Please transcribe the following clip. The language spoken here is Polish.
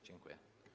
Dziękuję.